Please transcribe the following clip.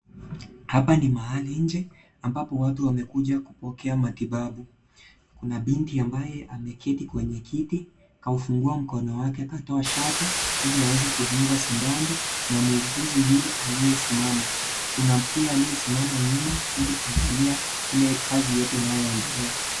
Hapa ni mahali nje ambapo watu wamekuja kupokea matibabu. Kuna binti ambaye ameketi kwenye kiti na ufunguo mkono wake katoa shati ili aweze kudungwa sindano na muuguzi yule aliyesimama. Kuna pia anayesimama nyuma ili kuangalia ile kazi yote inayoendelea.